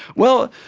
well,